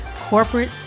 corporate